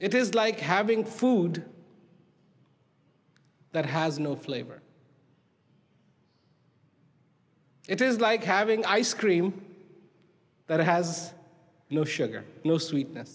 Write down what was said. it is like having food that has no flavor it is like having ice cream that has no sugar no sweetness